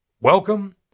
Welcome